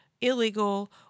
illegal